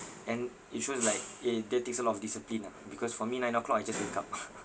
and it shows like eh that takes a lot of discipline ah because for me nine o'clock I just wake up ah